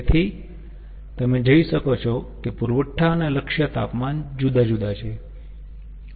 તેથી તમે જોઈ શકો છો કે પુરવઠા અને લક્ષ્ય તાપમાન જુદા જુદા છે